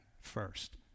first